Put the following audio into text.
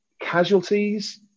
Casualties